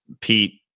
Pete